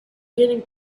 getting